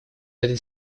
этой